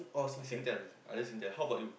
Singtel I use Singtel how about you